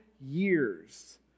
years